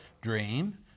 dream